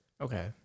okay